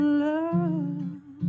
love